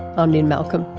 um lynne malcolm.